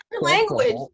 Language